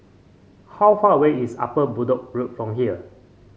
how far away is Upper Bedok Road from here